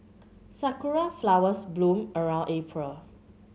sakura flowers bloom around April